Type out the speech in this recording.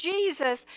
Jesus